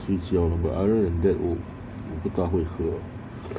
睡觉 but other than that 我不大会喝